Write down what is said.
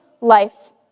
life